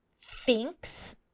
thinks